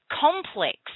complex